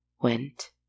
went